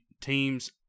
teams